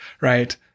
Right